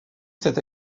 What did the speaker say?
cette